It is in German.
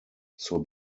zur